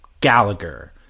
Gallagher